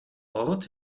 ort